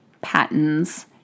patterns